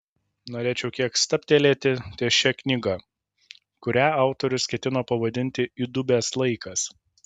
norėčiau kiek stabtelėti ties šia knyga kurią autorius ketino pavadinti įdubęs laikas